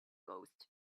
ghost